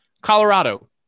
Colorado